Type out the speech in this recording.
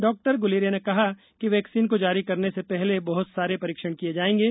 doctor Guleria ने कहा कि वैक्सीन को जारी करने से पहले बहुत सारे परीक्षण किए जाएंगे